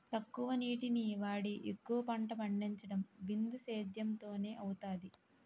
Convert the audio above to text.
తక్కువ నీటిని వాడి ఎక్కువ పంట పండించడం బిందుసేధ్యేమ్ తోనే అవుతాది